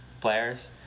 players